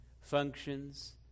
functions